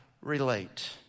relate